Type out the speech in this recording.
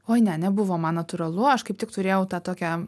oi ne nebuvo man natūralu aš kaip tik turėjau tą tokią